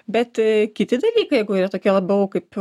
bet kiti dalykai jeigu yra tokie labiau kaip